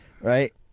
right